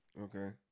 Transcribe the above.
Okay